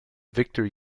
viktor